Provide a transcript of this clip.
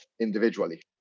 individually